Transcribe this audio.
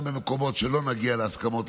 גם במקומות שבהם לא נגיע להסכמות,